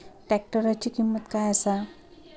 ट्रॅक्टराची किंमत काय आसा?